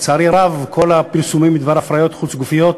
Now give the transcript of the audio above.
לצערי הרב, כל הפרסומים בדבר הפריות חוץ-גופיות,